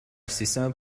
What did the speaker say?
سیستم